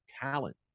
talent